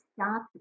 stop